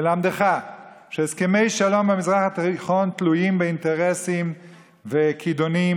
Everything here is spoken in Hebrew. ללמדך שהסכמי שלום במזרח התיכון תלויים באינטרסים וכידונים,